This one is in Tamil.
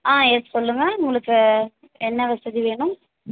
ஆ எஸ் சொல்லுங்கள் உங்களுக்கு என்ன வசதி வேணும்